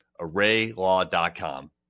ArrayLaw.com